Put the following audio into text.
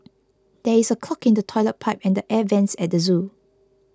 there is a clog in the Toilet Pipe and the Air Vents at the zoo